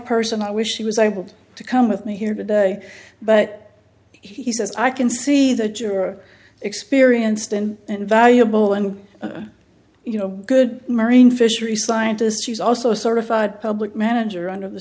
person i wish she was able to come with me here today but he says i can see that you're experienced and valuable and you know good marine fisheries scientists she's also sort of public manager under the